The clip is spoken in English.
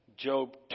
Job